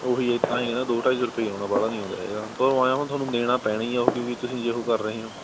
ਓਹੀ ਹੈ ਤਾਹੀਂ ਕਹਿੰਦਾ ਦੋ ਢਾਈ ਸੌ ਰੁਪਈਆ ਆਉਣਾ ਬਾਹਲਾ ਨਹੀਂ ਆਉਂਦਾ ਹੈਗਾ ਤੁਹਾਨੂੰ ਐਂਏਂ ਓ ਤੁਹਾਨੂੰ ਦੇਣਾ ਪੈਣਾ ਹੀ ਉਹ ਕਿਉਂਕਿ ਤੁਸੀਂ ਯੂਜ਼ ਕਰ ਰਹੇ ਹੋ